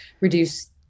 reduce